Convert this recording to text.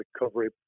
recovery